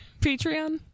Patreon